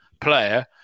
player